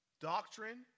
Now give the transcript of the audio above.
doctrine